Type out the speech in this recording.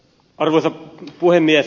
arvoisa puhemies